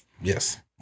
Yes